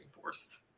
force